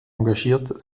engagiert